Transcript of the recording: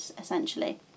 essentially